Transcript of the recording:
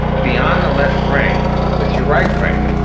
beyond the left brain with your right brain,